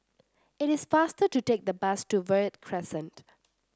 it is faster to take the bus to Verde Crescent